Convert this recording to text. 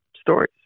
stories